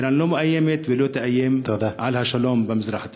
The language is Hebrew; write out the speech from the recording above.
איראן לא מאיימת ולא תאיים על השלום במזרח התיכון.